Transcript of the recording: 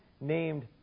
named